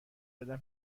بدم